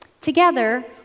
Together